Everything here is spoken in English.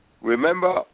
Remember